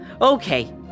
okay